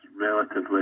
relatively